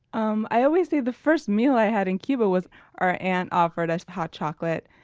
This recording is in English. um i always say the first meal i had in cuba was our aunt offered us hot chocolate.